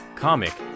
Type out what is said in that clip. Comic